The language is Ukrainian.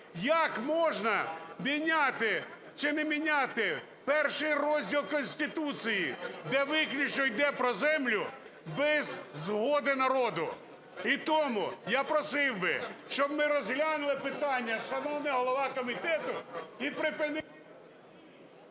як можна міняти чи не міняти перший розділ Конституції, де виключно іде про землю, без згоди народу. І тому я просив би, щоб ми розглянули питання, шановний голова комітету, і припинили...